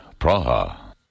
Praha